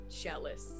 jealous